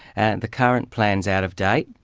and the current plan's out of date.